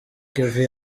kevin